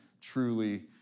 truly